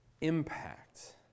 impact